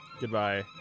Goodbye